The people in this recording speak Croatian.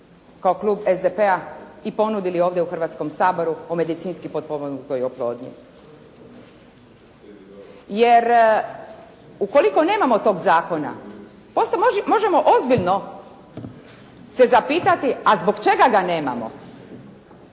kao klub SDP-a i ponudili ovdje u Hrvatskom saboru o medicinski potpomognutoj oplodnji. Jer ukoliko nemamo tog zakona poslije možemo ozbiljno se zapitati, a zbog čega ga nemamo.